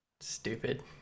stupid